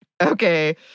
Okay